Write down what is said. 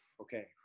okay